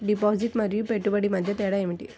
Deposit మరియు పెట్టుబడి మధ్య తేడా ఏమిటి?